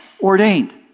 ordained